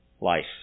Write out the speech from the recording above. life